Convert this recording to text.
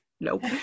nope